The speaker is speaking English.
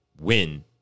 win